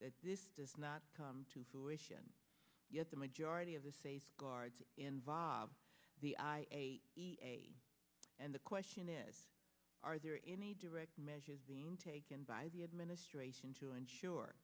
that this does not come to fruition yet the majority of the safeguards involved and the question is are there any direct measures being taken by the administration to ensure